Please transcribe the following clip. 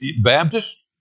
Baptist